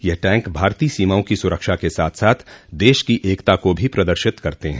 यह टैंक भारतीय सीमाओं की सुरक्षा के साथ साथ देश की एकता को भी प्रदर्शित करते हैं